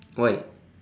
why